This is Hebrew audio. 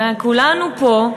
הרי כולנו פה,